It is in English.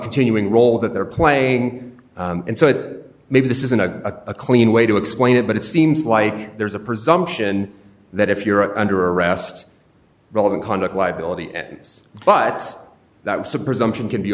continuing role that they're playing and so maybe this isn't a clean way to explain it but it seems like there's a presumption that if you're under arrest relevant conduct liability ends but that was a presumption